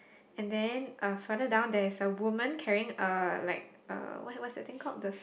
and then uh further down there is a woman carrying a like uh what what's the thing called the